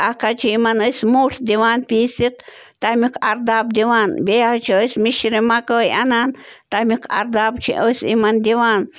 اَکھ حظ چھِ یِمَن أسۍ مُٹھ دِوان پیٖسِتھ تَمیُک اَرداب دِوان بیٚیہِ حظ چھِ أسۍ مِشرِ مکٲے اَنان تَمیُک اَرداب چھِ أسۍ یِمَن دِوان